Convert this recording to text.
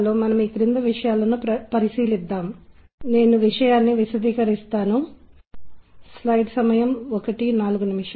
మీకు దాని గురించి తెలియ వచ్చు లేదా తెలియకపోవచ్చు కానీ అది ఒక నిర్దిష్ట రకమైన వాతావరణాన్ని సృష్టిస్తుంది లేదా మీరు హోటల్ లేదా రెస్టారెంట్